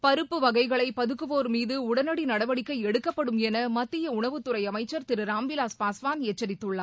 பருப்பு வகைகளை பதுக்குவோர் மீது உடனடி நடவடிக்கை எடுக்கப்படும் என மத்திய உணவுத்துறை அமைச்சர் திரு ராம்விலாஸ் பாஸ்வான் எச்சரித்துள்ளார்